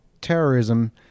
terrorism